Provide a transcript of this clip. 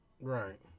Right